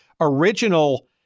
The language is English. original